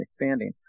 expanding